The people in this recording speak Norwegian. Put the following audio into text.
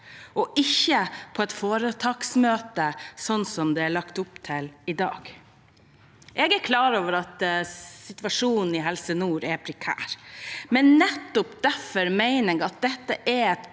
og ikke på et foretaksmøte, slik det er lagt opp til i dag. Jeg er klar over at situasjonen i Helse nord er prekær, men nettopp derfor mener jeg at dette er et